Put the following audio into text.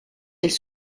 elles